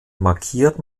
markiert